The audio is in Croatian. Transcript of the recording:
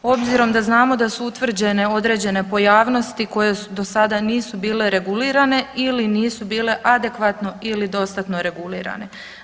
Obzirom da znamo da su utvrđene određene pojavnosti koje do sada nisu bile regulirane ili nisu bile adekvatno ili dostatno regulirane.